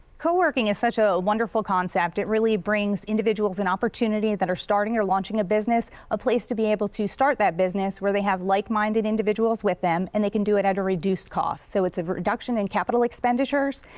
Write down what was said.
co-working is such a a wonderful concept. it really brings individuals an opportunity that are starting or launching a business a place to be able to start that business, where they have like-minded individuals with them, and they can do it at a reduced cost. so it's a reduction in capital expenditures.